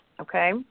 okay